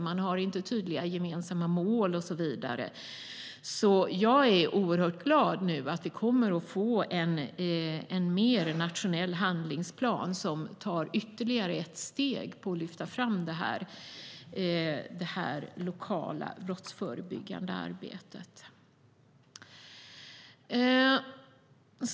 Man har inte tydliga gemensamma mål och så vidare. Därför är jag oerhört glad att vi nu kommer att få en mer nationell handlingsplan som tar ytterligare ett steg för att lyfta fram det lokala brottsförebyggande arbetet.